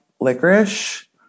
licorice